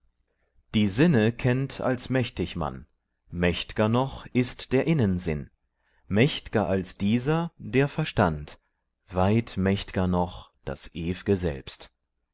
die sinne kennt als mächtig man mächt'ger noch ist der innensinn mächt'ger als dieser der verstand weit mächt'ger noch das ew'ge selbst